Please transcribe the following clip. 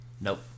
Nope